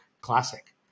Classic